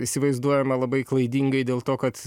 įsivaizduojama labai klaidingai dėl to kad